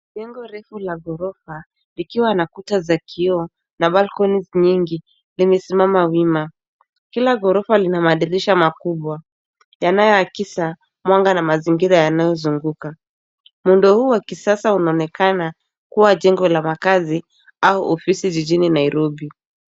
Jengo refu la ghorofa, likiwa na kuta za kioo. na balconies nyingi, limesimama wima. Kila ghorofa lina madirisha makubwa, yanayoakisa mwanga na mazingira yanayozunguka. Muundo huu wa kisasa unaonekana, kuwa jengo la makazi, au ofisi jijini Nairobi.